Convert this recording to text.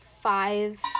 five